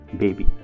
baby